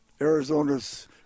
Arizona's